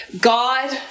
God